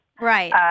Right